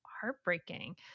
heartbreaking